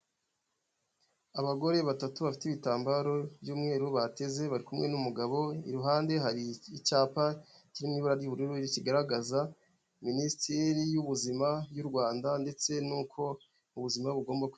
Abagore batatu bafite ibitambaro by'umweru bateze, bari kumwe n'umugabo, iruhande hari icyapa kiri mu ibara ry'ubururu, rikigaragaza Minisiteri y'ubuzima y'u Rwanda ndetse n'uko ubuzima bugomba kwitabwaho.